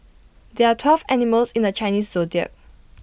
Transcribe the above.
there are twelve animals in the Chinese Zodiac